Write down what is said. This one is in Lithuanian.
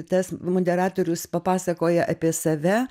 tas moderatorius papasakoja apie save